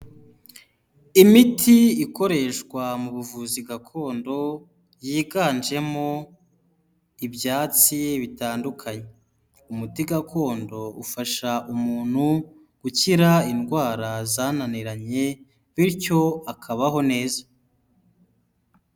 Imiti ikoreshwa mu buvuzi gakondo, yiganjemo ibyatsi bitandukanye. Umuti gakondo ufasha umuntu gukira indwara zananiranye, bityo akabaho neza.